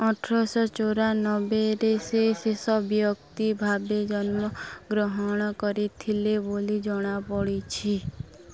ଅଠରଶହ ଚଉରାନବେରେ ସେ ଶେଷ ବ୍ୟକ୍ତି ଭାବେ ଜନ୍ମ ଗ୍ରହଣ କରିଥିଲେ ବୋଲି ଜଣା ପଡ଼ିଛି